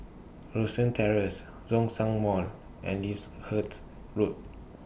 Rosyth Terrace Zhongshan Mall and Lyndhurst Road